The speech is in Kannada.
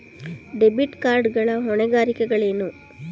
ಡೆಬಿಟ್ ಕಾರ್ಡ್ ಗಳ ಹೊಣೆಗಾರಿಕೆಗಳೇನು?